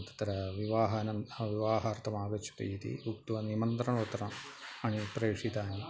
तत्र विवाहार्थं विवाहार्थम् आगच्छन्तु इति उक्त्वा निमन्त्रणपत्राणि तान् प्रेषितानि